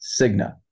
Cigna